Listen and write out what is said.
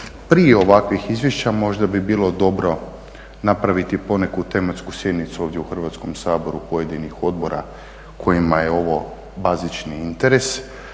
Prije ovakvih izvješća možda bi bilo dobro napraviti poneku tematsku sjednicu ovdje u Hrvatskom saboru pojedinih odbora kojima je ovo bazični interes